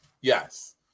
Yes